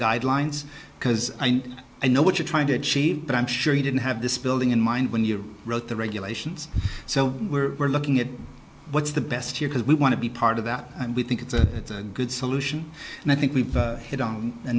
guidelines because i know what you're trying to achieve but i'm sure he didn't have this building in mind when you wrote the regulations so we're looking at what's the best here because we want to be part of that and we think it's a good solution and i think we've hit on a